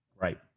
right